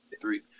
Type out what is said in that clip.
three